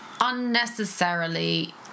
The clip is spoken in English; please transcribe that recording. unnecessarily